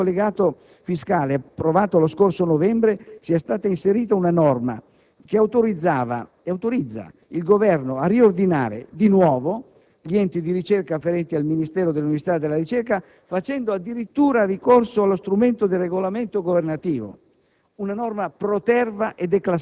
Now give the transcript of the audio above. Mi ha quindi molto stupito che nel collegato fiscale approvato lo scorso novembre sia stata inserita una norma che autorizzava ed autorizza il Governo a riordinare (di nuovo!) gli enti di ricerca afferenti al Ministero dell'università e della ricerca, facendo addirittura ricorso allo strumento del regolamento governativo.